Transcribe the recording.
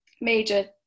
major